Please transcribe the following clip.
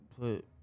put